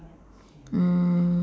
mm